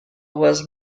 was